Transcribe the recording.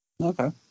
Okay